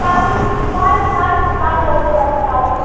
কাল কাল কাল কাল বলতে পারেন কালই